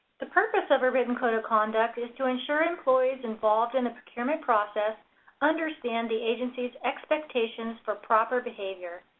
the purpose of a written code of conduct is to ensure employees involved in the procurement process understand the agency's expectations for proper behavior.